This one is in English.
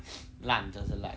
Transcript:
lunch just in like